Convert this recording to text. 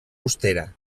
austera